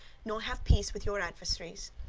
nor have peace with your adversaries.